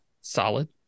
solid